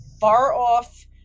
far-off